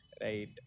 right